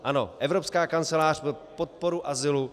Ano, Evropská kancelář pro podporu azylu.